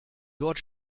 dort